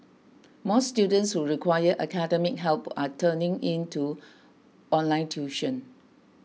more students who require academic help are turning to online tuition